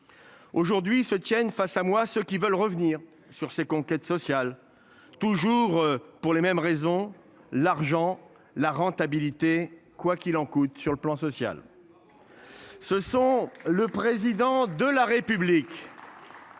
Aujourd'hui se tienne face à moi, ce qui veulent revenir sur ses conquêtes sociales toujours pour les mêmes raisons. L'argent, la rentabilité. Quoi qu'il en coûte, sur le plan social. Ce sont le président de la République.